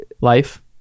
life